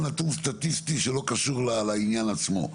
נתון סטטיסטי שלא קשור לעניין עצמו.